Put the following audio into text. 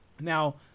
Now